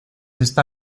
esta